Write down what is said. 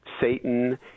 Satan